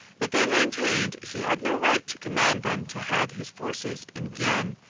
that they maintained he had no right to command them to head his forces in guienne,